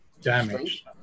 damage